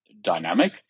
dynamic